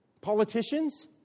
Politicians